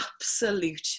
absolute